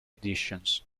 editions